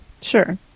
Sure